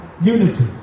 unity